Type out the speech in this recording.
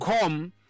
come